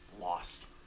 lost